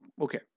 Okay